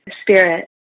spirit